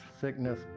sickness